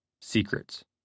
Secrets